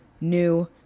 new